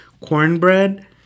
Cornbread